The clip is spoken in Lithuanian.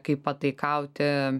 kaip pataikauti